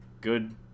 Good